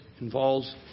involves